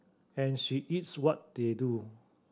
and she eats what they do